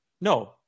no